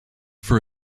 for